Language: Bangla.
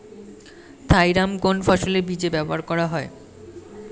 থাইরাম কোন ফসলের বীজে ব্যবহার করা হয়?